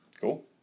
Cool